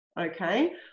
okay